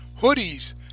hoodies